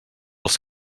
els